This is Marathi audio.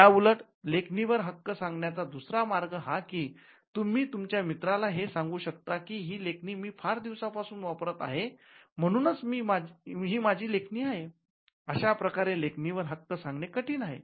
याउलट लेखणीवर हक्क सांगण्याचा दुसरा मार्ग हा की तुम्ही तुमच्या मित्राला हे सांगू शकतात की 'ही लेखणी मी फार दिवसापासून वापरत आहे म्हणूनच ही माझी लेखणी आहे' अशाप्रकारे लेखणी वर हक्क सांगणे कठीण आहे